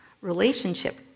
relationship